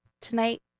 tonight